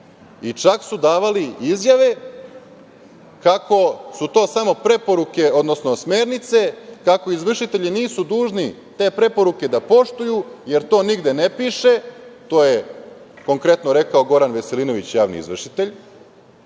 i čak su davali izjave kako su to samo preporuke, odnosno smernice, kako izvršitelji nisu dužni te preporuke da poštuju jer to nigde ne piše, to je konkretno rekao Goran Veselinović, javni izvršitelj,